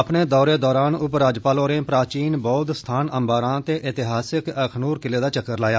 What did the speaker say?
अपने दौरे दौरान उप राज्यपाल होरें प्राचीन बौद्ध स्थान अम्बारां ते ऐतिहासिक अखनूर किले दा चक्कर लाया